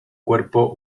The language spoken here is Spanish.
cuerpo